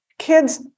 Kids